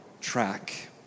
track